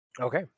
Okay